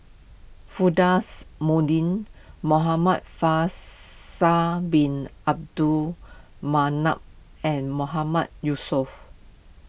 Firdaus more ding Muhamad Faisal Bin Abdul Manap and Mahmood Yusof